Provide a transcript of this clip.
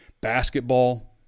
basketball